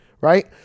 Right